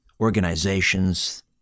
organizations